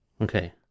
Okay